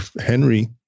henry